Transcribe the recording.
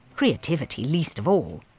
creativity least of all.